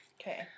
Okay